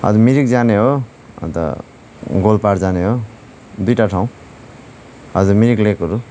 हजुर मिरिक जानेँ हो अन्त जलपाहाड जाने हो दुईवटा ठाउँ हजुर मिरिक लेकहरू